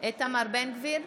איתמר בן גביר,